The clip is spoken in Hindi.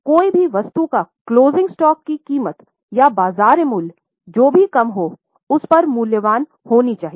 कोई भी वस्तु की कीमत क्लोजिंग स्टॉक या बाजार मूल्य जो भी कम होउस पर मूल्यवान होनी चाहिए